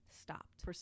Stopped